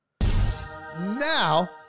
Now